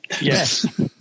yes